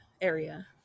area